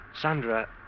Sandra